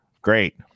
great